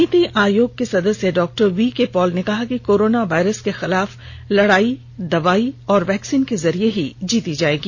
नीति आयोग के सदस्य डॉक्टर वीकेपॉल ने कहा कि कोरोना वायरस के खिलाफ लड़ाई दवाई और वैक्सीन के जरिये ही जीती जायेगी